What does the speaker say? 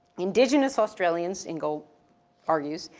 indigenous australians ingle argues,